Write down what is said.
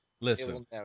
listen